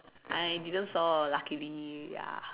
I didn't saw luckily ya